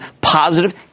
positive